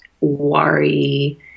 worry